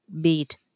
beat